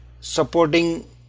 supporting